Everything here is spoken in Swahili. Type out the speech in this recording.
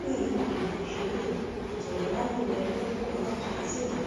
hii inaashiria utoleaji wa elimu kwa watu wazima.